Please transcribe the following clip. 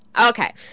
Okay